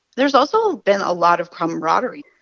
there's also been a lot of camaraderie,